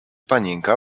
panienka